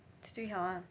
最好啦